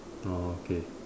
orh okay